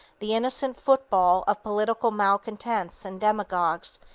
the innocent football of political malcontents and demagogues,